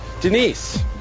Denise